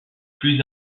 plus